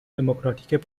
دموکراتیک